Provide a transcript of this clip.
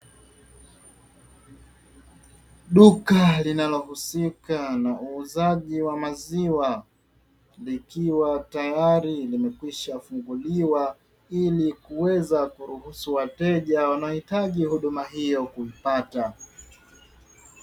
Duka linalohusika na uuzaji wa maziwa likiwa tayari limekwisha funguliwa, ili kuweza kuruhusu wateja wanaohitaji huduma hiyo kuipata.